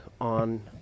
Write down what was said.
on